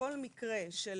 שכל מקרה של